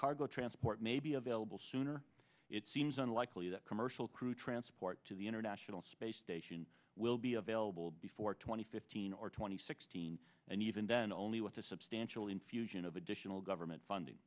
cargo transport may be available soon or it seems unlikely that commercial crew transport to the international space station will be available before twenty fifteen or twenty sixteen and even then only with a substantial infusion of additional government funding